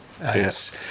Yes